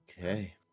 Okay